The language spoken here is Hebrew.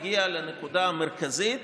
הגיע לנקודה המרכזית,